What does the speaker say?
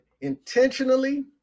intentionally